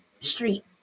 street